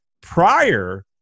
prior